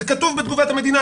זה כתוב בתגובת המדינה,